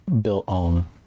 built-on